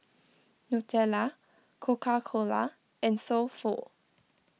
Nutella Coca Cola and So Pho